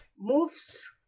moves